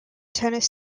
tennis